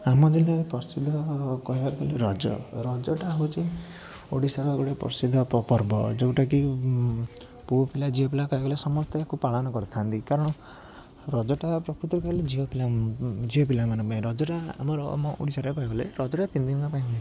ଆମ ଜିଲ୍ଲାରେ ପ୍ରସିଦ୍ଧ କହିବାକୁ ଗଲେ ରଜ ରଜଟା ହେଉଛି ଓଡ଼ିଶାର ଗୋଟେ ପ୍ରସିଦ୍ଧ ପ ପର୍ବ ଯେଉଁଟାକି ପୁଅପିଲା ଝିଅପିଲା କହିବାକୁ ଗଲେ ସମସ୍ତେ ଏହାକୁ ପାଳନ କରିଥାନ୍ତି କାରଣ ରଜଟା ପ୍ରକୃତରେ କହିବାକୁ ଗଲେ ଝିଅପିଲା ଝିଅପିଲାମାନଙ୍କ ପାଇଁ ରଜଟା ଆମର ଆମ ଓଡ଼ିଶାର କହିବାକୁ ଗଲେ ରଜଟା ତିନିଦିନ ପାଇଁ ହୁଏ